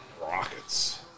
Rockets